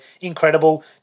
incredible